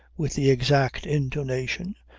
with the exact intonation,